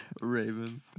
Raven